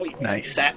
Nice